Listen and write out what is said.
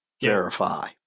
verify